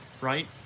right